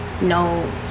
no